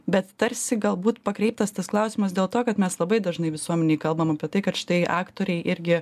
bet tarsi galbūt pakreiptas tas klausimas dėl to kad mes labai dažnai visuomenėj kalbam apie tai kad štai aktoriai irgi